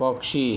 पक्षी